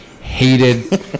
hated